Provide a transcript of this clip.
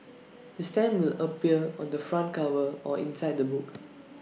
the stamp will appear on the front cover or inside the book